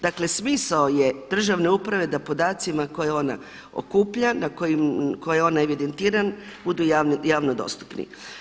Dakle, smisao je državne uprave da podacima koje ona okuplja, koje ona evidentira budu javno dostupni.